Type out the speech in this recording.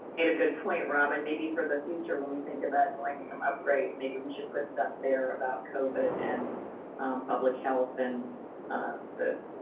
it a good point, robin. maybe for the future, when we think about doing some upgrades, maybe we should put stuff there about covid and public health and the